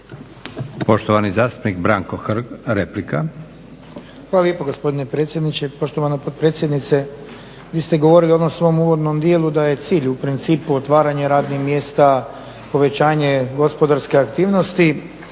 replika. **Hrg, Branko (HSS)** Hvala lijepo gospodine predsjedniče. Poštovana potpredsjednice, vi ste govorili u onom svom uvodnom dijelu da je cilj u principu otvaranja radnih mjesta, povećanje gospodarske aktivnosti,